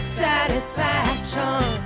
satisfaction